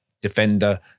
Defender